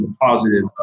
positive